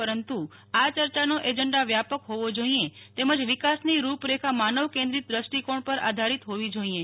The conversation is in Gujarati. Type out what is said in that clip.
પરંતુ આ યર્યાનો એજન્ડા વ્યાપક હોવો જોઈએ તેમજ વિકાસની રૂપરેખા માનવ કેન્દ્રિત દષ્ટિકોણ પર આધારીત હોવી જોઈએ